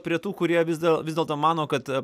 prie tų kurie vis dėl vis dėlto mano kad